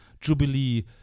Jubilee